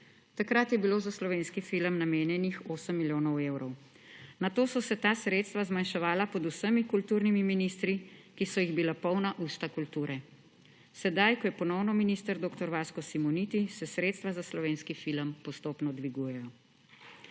Takrat je bilo za slovenski film namenjenih 8 milijonov evrov. Nato so se ta sredstva zmanjševala pod vsemi kulturnimi ministri, ki so jih bila polna usta kulture. Sedaj, ko je ponovno minister dr. Vasko Simoniti, se sredstva za slovenski film postopno dvigujejo.